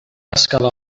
escalar